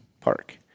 park